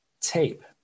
tape